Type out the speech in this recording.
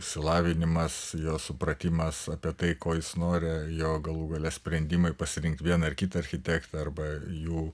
išsilavinimas jo supratimas apie tai ko jis nori jo galų gale sprendimai pasirinkti vieną ar kitą architektą arba jų